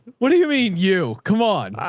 what do you mean? you come on,